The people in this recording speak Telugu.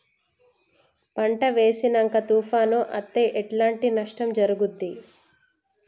పంట వేసినంక తుఫాను అత్తే ఎట్లాంటి నష్టం జరుగుద్ది?